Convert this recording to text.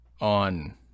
on